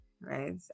right